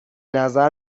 نظر